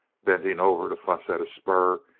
bending over to fuss at a spur,